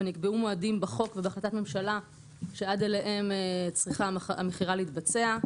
ונקבעו מועדים בחוק ובהחלטת ממשלה שעד אליהם צריכה המכירה להתבצע.